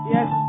Yes